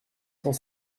cent